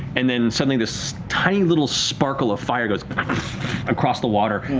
and then suddenly this tiny little sparkle of fire goes across the water.